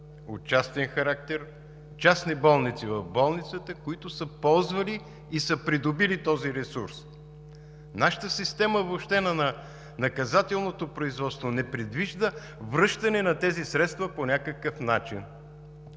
от частен характер, частни болници в болницата, които са ползвали и са придобили този ресурс. Нашата система на наказателното производство не предвижда връщане на тези средства по някакъв начин.